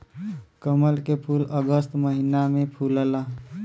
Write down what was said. कमल के फूल अगस्त महिना में फुलला